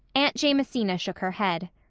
aunt jamesina shook her head.